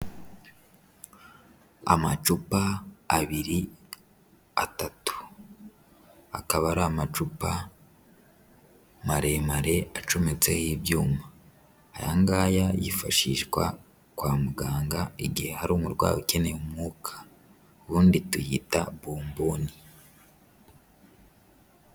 Amacupa abiri atatu akaba ari amacupa maremare acometseho ibyuma, aya ngaya yifashishwa kwa muganga igihe hari umurwayi ukeneye umwuka ubundi tuyita bomboni.